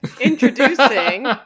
Introducing